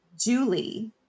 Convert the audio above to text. Julie